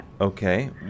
Okay